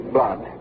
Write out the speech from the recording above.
Blood